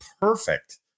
perfect